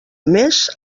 més